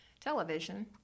television